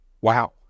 Wow